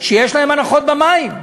שיש להם הנחות במים.